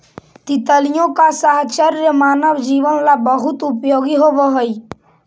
तितलियों का साहचर्य मानव जीवन ला बहुत उपयोगी होवअ हई